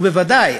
ובוודאי,